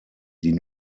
die